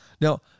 Now